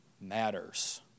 matters